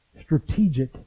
strategic